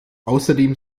außerdem